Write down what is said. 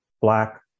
Black